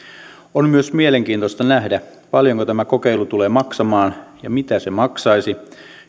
on myös mielenkiintoista nähdä paljonko tämä kokeilu tulee maksamaan ja mitä se maksaisi